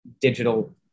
digital